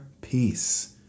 peace